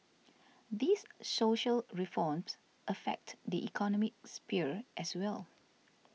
these social reforms affect the economic sphere as well